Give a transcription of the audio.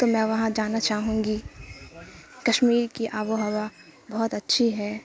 تو میں وہاں جانا چاہوں گی کشمیر کی آب و ہوا بہت اچھی ہے